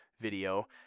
video